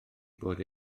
bod